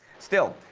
still,